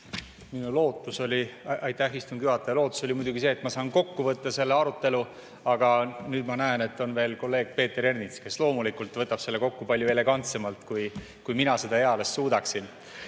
palun! Aitäh, istungi juhataja! Minu lootus oli muidugi see, et ma saan kokku võtta selle arutelu, aga nüüd ma näen, et on [kirjas] veel kolleeg Peeter Ernits, kes loomulikult võtab selle kokku palju elegantsemalt, kui mina eales suudaksin. Aga